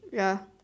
ya